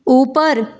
ऊपर